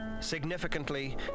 Significantly